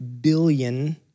billion